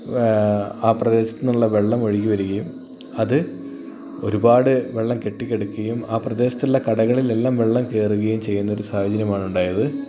ആ പ്രദേശത്ത് നിന്നുള്ള വെള്ളം ഒഴുകി വരുകയും അത് ഒരുപാട് വെള്ളം കെട്ടിക്കിടക്കുകയും ആ പ്രദേശത്ത് ഉള്ള കടകളിൽ എല്ലാം വെള്ളം കയറുകയും ചെയ്യുന്ന ഒരു സാഹചര്യമാണ് ഉണ്ടായത്